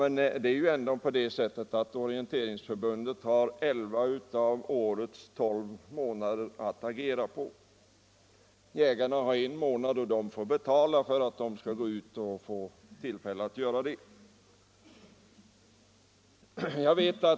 Men det är ju ändå på det sättet att t.ex. orienterarna har elva av årets tolv månader att agera på, medan jägarna bara har en månad och då måste de dessutom betala för att få tillfälle att gå ut och utöva sin jakt.